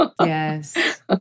Yes